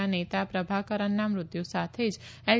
ના નેતા પ્રભાકરનના મૃત્ય સાથે જ એલ